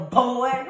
boy